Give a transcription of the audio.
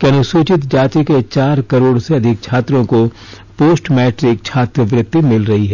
कि अनुसूचित जाति के चार करोड़ से अधिक छात्रों को पोस्ट मैट्रिक छात्रवृत्ति मिल रही है